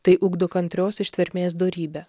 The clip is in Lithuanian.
tai ugdo kantrios ištvermės dorybę